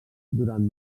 durant